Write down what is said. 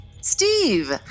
Steve